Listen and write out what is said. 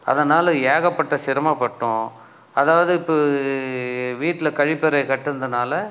அதனால் ஏகப்பட்ட சிரமப்பட்டோம் அதாவது இப்போது வீட்டில் கழிப்பறை கட்டுனதுனால்